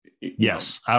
Yes